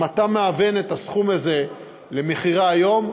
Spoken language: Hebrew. אם אתה מהוון את הסכום הזה למחירי היום,